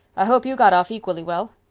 i hope you got off equally well.